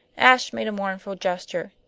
ashe made a mournful gesture.